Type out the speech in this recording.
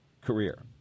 Career